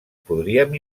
podríem